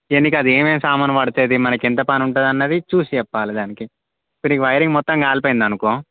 ఇక నీకు అది ఏమేం సామను పడుతుంది మనకు ఎంత పని ఉంటుంది అన్నది చూసి చెప్పాలి దానికి ఇప్పుడు వైరింగ్ మొత్తం కాలిపోయింది అనుకో